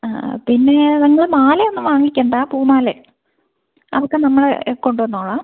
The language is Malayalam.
ആ പിന്നെ നിങ്ങൾ മാല ഒന്നും വാങ്ങിക്കേണ്ട പൂമാല അതൊക്കെ നമ്മൾ കൊണ്ടുവന്നോളാം